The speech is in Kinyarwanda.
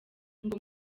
ngo